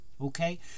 Okay